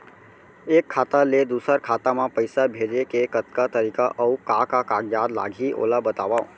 एक खाता ले दूसर खाता मा पइसा भेजे के कतका तरीका अऊ का का कागज लागही ओला बतावव?